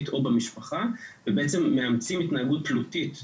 או במשפחה ובעצם הם מאמצים התנהגות תלותית במסכים,